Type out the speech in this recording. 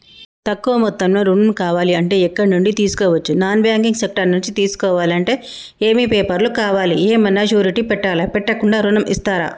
తక్కువ మొత్తంలో ఋణం కావాలి అంటే ఎక్కడి నుంచి తీసుకోవచ్చు? నాన్ బ్యాంకింగ్ సెక్టార్ నుంచి తీసుకోవాలంటే ఏమి పేపర్ లు కావాలి? ఏమన్నా షూరిటీ పెట్టాలా? పెట్టకుండా ఋణం ఇస్తరా?